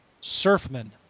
Surfman